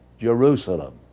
Jerusalem